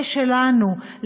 ושלנו,